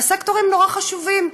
והסקטורים נורא חשובים,